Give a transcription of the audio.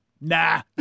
nah